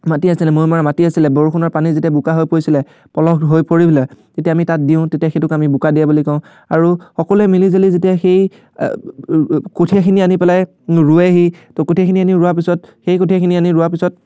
মাটি আছিলে মৈ মৰা মাটি আছিলে বৰষুণৰ পানীত যেতিয়া বোকা হৈ পৰিছিলে পলস হৈ পৰি পেলাই তেতিয়া আমি তাত দিওঁ তেতিয়া সেইটোক আমি বোকা দিয়া বুলি কওঁ আৰু সকলোৱে মিলি জুলি যেতিয়া সেই কঠীয়াখিনি আনি পেলাই ৰোঁৱেহি তো কঠীয়াখিনি আনি ৰোৱাৰ পিছত সেই কঠীয়াখিনি আনি ৰোৱাৰ পিছত